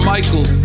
Michael